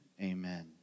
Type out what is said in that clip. amen